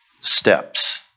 steps